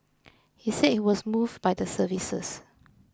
he said he was moved by the services